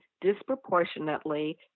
disproportionately